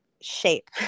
shape